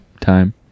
time